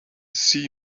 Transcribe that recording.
see